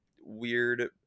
weird